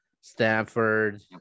Stanford